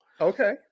Okay